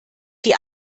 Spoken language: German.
die